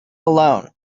alone